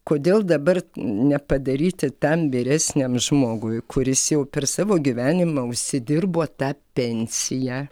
kodėl dabar nepadaryti ten vyresniam žmogui kuris jau per savo gyvenimą užsidirbo tą pensiją